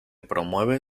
promueve